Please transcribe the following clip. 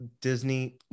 disney